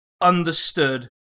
understood